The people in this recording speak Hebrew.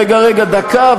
רגע, רגע, דקה.